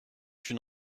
une